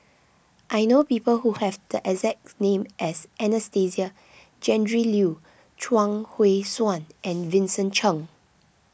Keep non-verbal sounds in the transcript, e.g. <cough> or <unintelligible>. I know people who have the exact <unintelligible> name as Anastasia Tjendri Liew Chuang Hui Tsuan and Vincent Cheng